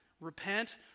Repent